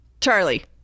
Charlie